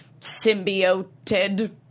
symbioted